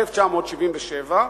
1977,